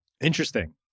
Interesting